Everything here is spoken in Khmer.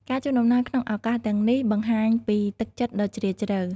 ការជូនអំណោយក្នុងឱកាសទាំងនេះបង្ហាញពីទឹកចិត្តដ៏ជ្រាលជ្រៅ។